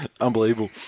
unbelievable